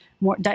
more